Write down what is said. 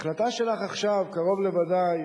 ההצעה שלך עכשיו קרוב לוודאי